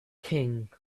king